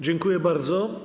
Dziękuję bardzo.